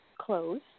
close